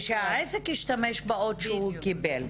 ושהעסק ישתמש באות שהוא קיבל.